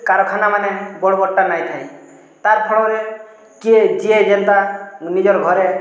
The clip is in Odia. କାରଖାନାମାନେ ବଡ଼୍ ବଡ଼୍ଟା ନାଇଁ ଥାଇ ତାର୍ ଫଳରେ ଯେ ଯିଏ ଯେନ୍ତା ନିଜର୍ ଘରେ